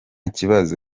kibazo